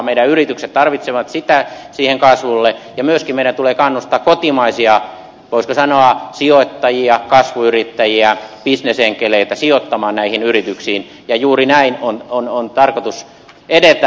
meidän yritykset tarvitsevat sitä kasvaakseen ja myöskin meidän tulee kannustaa kotimaisia voisiko sanoa sijoittajia kasvuyrittäjiä bisnesenkeleitä sijoittamaan näihin yrityksiin ja juuri näin on tarkoitus edetä